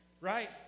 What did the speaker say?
right